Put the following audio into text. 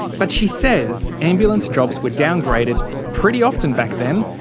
but she says ambulance jobs were downgraded pretty often back then.